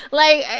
like,